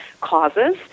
causes